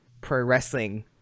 pro-wrestling